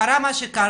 קרה מה שקרה,